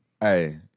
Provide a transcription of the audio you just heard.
Hey